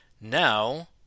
Now